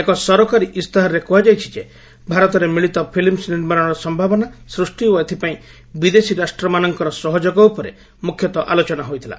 ଏକ ସରକାରୀ ଇସ୍ତାହାରରେ କୁହାଯାଇଛି ଯେ ଭାରତରେ ମିଳିତ ଫିଲ୍ମ ନିର୍ମାଣର ସମ୍ଭାବନା ସୃଷ୍ଟି ଓ ଏଥିପାଇଁ ବିଦେଶୀ ରାଷ୍ଟ୍ରମାନଙ୍କର ସହଯୋଗ ଉପରେ ମୁଖ୍ୟତ ଆଲୋଚନା ହୋଇଥିଲା